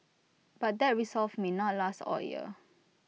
but that resolve may not last all year